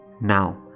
Now